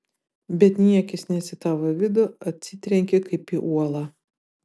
bet niekis nes į tavo vidų atsitrenki kaip į uolą